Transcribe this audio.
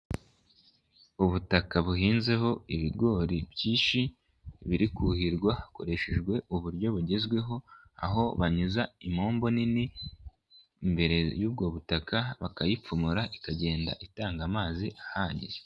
Ubutaka buhinzeho ibigori byinshi biri kuhirwa hakoreshejwe uburyo bugezweho aho banyuza impombo nini imbere y'ubwo butaka bakayipfumura ikagenda itanga amazi ahagije.